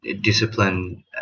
Discipline